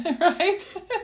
Right